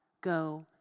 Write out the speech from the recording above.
Go